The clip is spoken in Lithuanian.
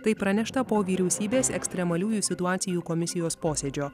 tai pranešta po vyriausybės ekstremaliųjų situacijų komisijos posėdžio